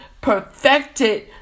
perfected